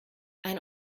ein